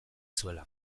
zuela